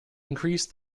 increase